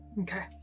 Okay